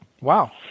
wow